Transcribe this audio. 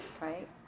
right